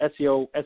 SEO